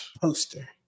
poster